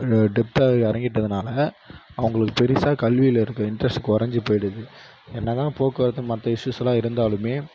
டெப்த்தா இறங்கிட்டதுனால அவங்களுக்கு பெரிசா கல்வியில் இருக்கற இன்ஸ்ட்ரஸ்ட் குறைஞ்சு போயிடுது என்னதான் போக்குவரத்து மற்ற இஷ்யூஸ்லாம் இருந்தாலும்